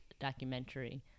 documentary